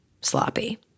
Sloppy